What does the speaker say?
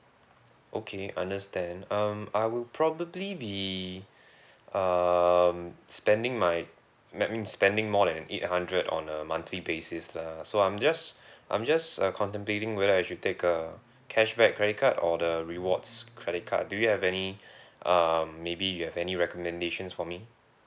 okay understand um I would probably be um spending my mean I mean spending more than eight hundred on a monthly basis lah so I'm just I'm just uh contemplating whether I should take a cashback credit card or the rewards credit card do you have any um maybe you have any recommendations for me